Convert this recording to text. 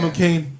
McCain